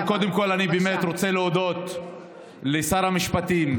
אבל קודם כול אני באמת רוצה להודות לשר המשפטים.